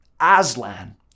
Aslan